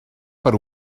per